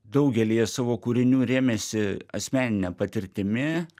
daugelyje savo kūrinių rėmėsi asmenine patirtimi